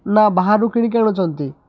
ନା ବାହାରୁ କିଣିକି ଆଣୁଛନ୍ତି